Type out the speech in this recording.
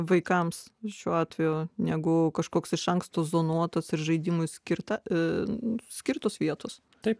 vaikams šiuo atveju negu kažkoks iš anksto zonuotus ir žaidimui skirtą skirtos vietos taip